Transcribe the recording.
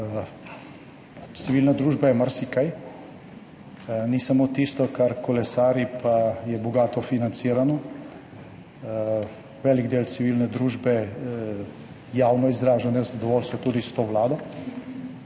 Civilna družba je marsikaj, ni samo tisto, kar kolesari pa je bogato financirano. Velik del civilne družbe javno izraža nezadovoljstvo tudi s to vlado.